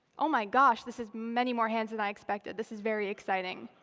oh my gosh, this is many more hands than i expected. this is very exciting.